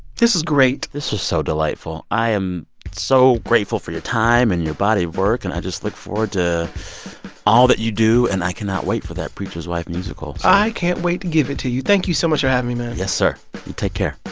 this was great this was so delightful. i am so grateful for your time and your body of work. and i just look forward to all that you do. and i cannot wait for that preacher's wife musical i can't wait to give it to you. thank you so much for having me, man yes, sir. you take care